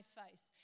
face